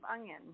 onion